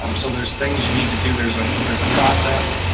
um so there's things you need to do. there's ah there's a process,